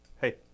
Hey